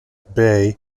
bay